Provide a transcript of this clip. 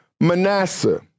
Manasseh